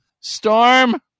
Storm